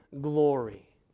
glory